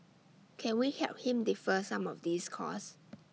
can we help them defer some of these costs